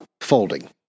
folding